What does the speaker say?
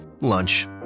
lunch